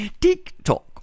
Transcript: TikTok